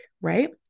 right